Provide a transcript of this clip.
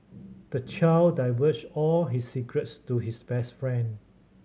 the child divulged all his secrets to his best friend